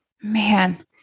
man